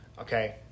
Okay